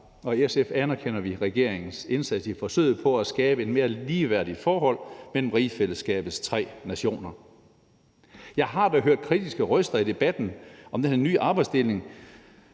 og i SF anerkender vi regeringens indsats i forsøget på at skabe et mere ligeværdigt forhold mellem rigsfællesskabets tre nationer. Jeg har da hørt kritiske røster i debatten om den her nye arbejdsdeling